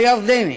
הירדנים,